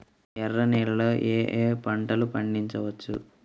ఎర్ర నేలలలో ఏయే పంటలు పండించవచ్చు?